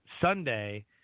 Sunday